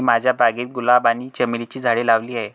मी माझ्या बागेत गुलाब आणि चमेलीची झाडे लावली आहे